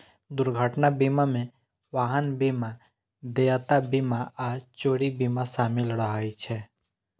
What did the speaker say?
दुर्घटना बीमा मे वाहन बीमा, देयता बीमा आ चोरी बीमा शामिल रहै छै